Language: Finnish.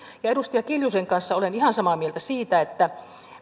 edustaja kiljusen kanssa olen ihan samaa mieltä siitä että